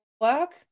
work